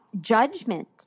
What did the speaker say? judgment